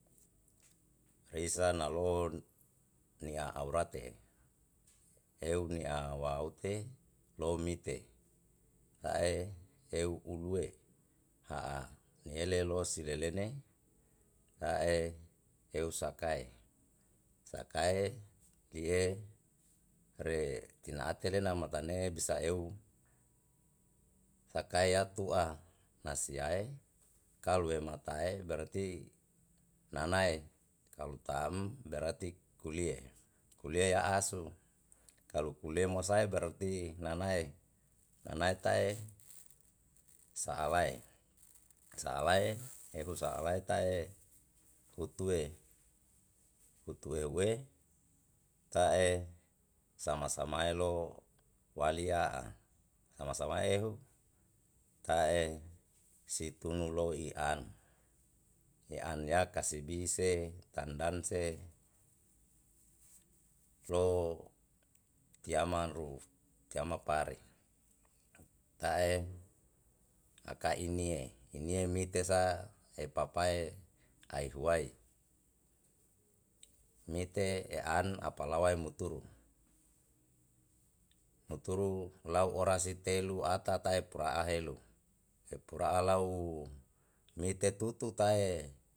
rei sa na lo'on nia au rate eu ni'a wa ute lou mite lae eu ulue ha'a niele lo silelene lae eu sakae sakae lie re tina atere na matane bisa eu sakae yatu'a nasiae kalue matae berati nanae kalu tam berati kulie kulie a'asu kalu kulie masae berati nanae nanae tae sa'a lae sa'a lae ehu sa'a lae tae hutue hutue ue ta'e sama samae lo walia'a sama samae ehu ta'e situnulo i an i an ya kasibi se tandan se lo tiaman ru tiama pare ta'e aka inie inie mite sa e papae ae huai mite e an apalawae muturu muturu lau orasi telu ata tae pura'a helu epu ra'a lau mite tutu tae.